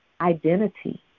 identity